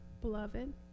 beloved